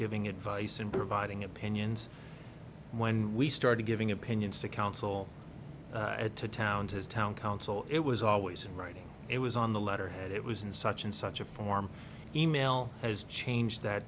giving advice and providing opinions when we started giving opinions to council at to town to town council it was always in writing it was on the letterhead it was in such and such a form email as change that